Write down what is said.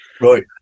Right